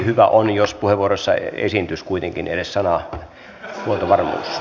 hyvä olisi jos puheenvuoroissa esiintyisi kuitenkin edes sana huoltovarmuus